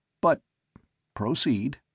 But—proceed